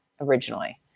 originally